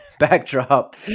backdrop